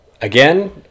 again